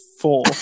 four